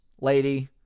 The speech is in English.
lady